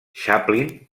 chaplin